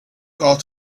out